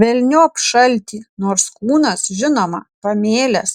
velniop šaltį nors kūnas žinoma pamėlęs